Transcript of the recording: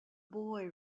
boy